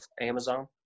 Amazon